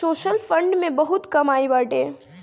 social fund में बहुते कमाई बाटे